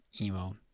emo